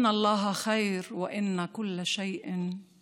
(אומרת בערבית ומתרגמת:)